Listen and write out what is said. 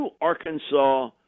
Arkansas